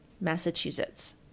Massachusetts